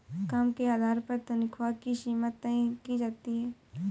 काम के आधार पर तन्ख्वाह की सीमा तय की जाती है